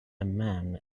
man